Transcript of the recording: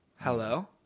Hello